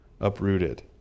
uprooted